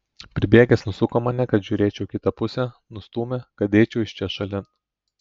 pribėgęs nusuko mane kad žiūrėčiau į kitą pusę nustūmė kad eičiau iš čia šalin